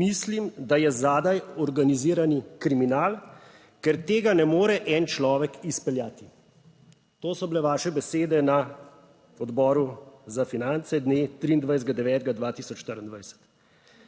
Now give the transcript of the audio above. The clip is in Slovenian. mislim, da je zadaj organizirani kriminal, ker tega ne more en človek izpeljati." To so bile vaše besede na Odboru za finance dne 23. 9. 2024,